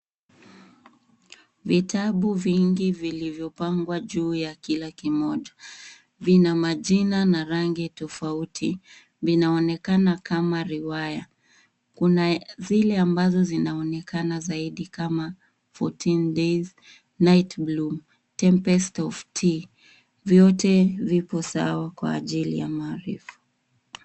Vitabu vingi vilivyopangwa juu ya kila kimoja vina majina na rangi tofauti. Vinaonekana kama riwaya. Kuna zile ambazo zinaonekana zaidi kama fourteen days , night bloom , tempest of tea . Vyote vipo sawa kwa ajili ya maarifa.